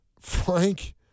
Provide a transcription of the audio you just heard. Frank